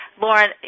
Lauren